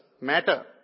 matter